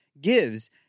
gives